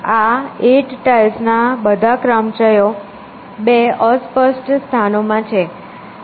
આ 8 ટાઇલ્સના બધા ક્રમચયો બે અસ્પષ્ટ સ્થાનોમાં છે